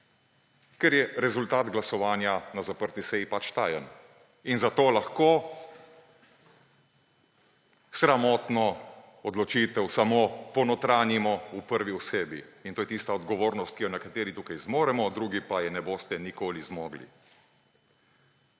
Ker je rezultat glasovanja na zaprti seji pač tajen in zato lahko sramotno odločitev samo ponotranjimo v prvi osebi, in to je tista odgovornost, ki jo nekateri tukaj zmoremo drugi pa je ne boste nikoli zmogli.